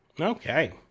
okay